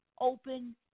open